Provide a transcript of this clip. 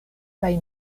plej